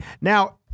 Now